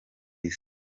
isi